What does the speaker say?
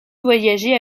voyager